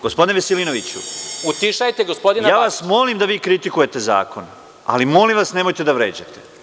Gospodine Veselinoviću, ja vas molim da vi kritikujete zakon, ali molim vas nemojte da vređate.